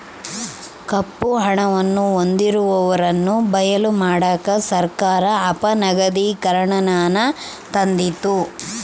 ಕಪ್ಪು ಹಣವನ್ನು ಹೊಂದಿರುವವರನ್ನು ಬಯಲು ಮಾಡಕ ಸರ್ಕಾರ ಅಪನಗದೀಕರಣನಾನ ತಂದಿತು